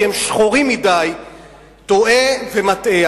כי הם שחורים מדי טועה ומטעה.